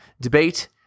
debate